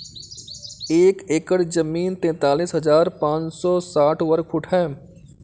एक एकड़ जमीन तैंतालीस हजार पांच सौ साठ वर्ग फुट है